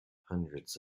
hundreds